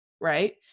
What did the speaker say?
Right